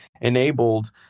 enabled